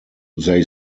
they